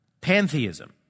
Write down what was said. pantheism